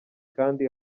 kandi